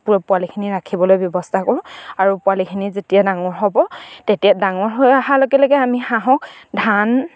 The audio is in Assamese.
পোৱালিখিনি ৰাখিবলৈ ব্যৱস্থা কৰোঁ আৰু পোৱালিখিনি যেতিয়া ডাঙৰ হ'ব তেতিয়া ডাঙৰ হৈ অহাৰ লগে লগে আমি হাঁহক ধান